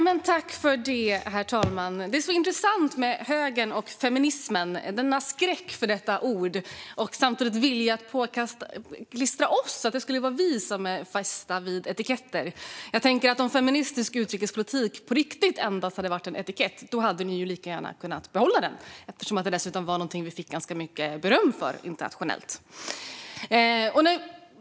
Herr talman! Det är intressant med högern och feminismen - denna skräck för detta ord och samtidigt denna vilja att klistra på oss att det skulle vara vi som är fästa vid etiketter. Om feministisk utrikespolitik på riktigt endast hade varit en etikett hade ni ju lika gärna kunnat behålla den, eftersom den dessutom var någonting vi fick ganska mycket beröm för internationellt.